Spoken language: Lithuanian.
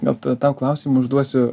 gal ta tau klausimą užduosiu